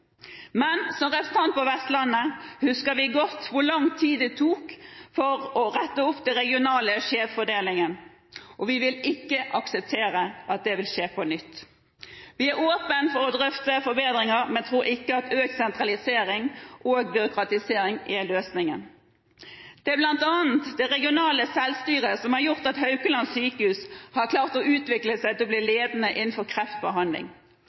Men som representanter fra Vestlandet husker vi godt hvor lang tid det tok å rette opp den regionale skjevfordelingen, og vi vil ikke akseptere at det skjer på nytt. Vi er åpne for å drøfte forbedringer, men tror ikke at økt sentralisering og byråkratisering er løsningen. Det er bl.a. det regionale selvstyret som har gjort at Haukeland universitetssykehus har klart å utvikle seg til å bli ledende innen kreftbehandling.